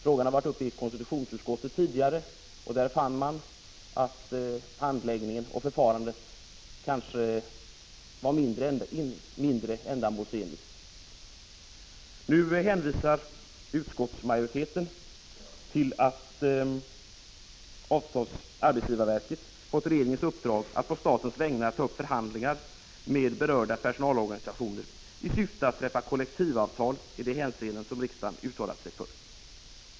Frågan har tidigare diskuterats i konstitutionsutskottet. Där fann man att handläggningen och förfarandet över huvud taget kanske var mindre ändamålsenligt. Nu hänvisar utskottsmajoriteten till det faktum att arbetsgivarverket fått i uppdrag av regeringen att på statens vägnar ta upp förhandlingar med berörda personalorganisationer, i syfte att träffa kollektivavtal i de hänseenden som riksdagen har uttalat sig för.